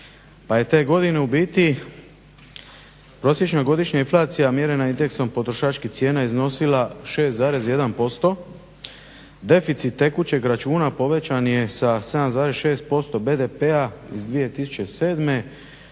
pa je te godine u biti prosječna godišnja inflacija mjerena indeksom potrošačkih cijena iznosila 6,1%, deficit tekućeg računa povećan je sa 7,6% BDP-a iz 2007.na